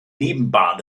nebenbahn